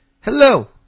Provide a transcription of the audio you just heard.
hello